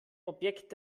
objekt